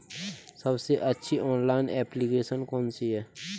सबसे अच्छी online application कौन सी है?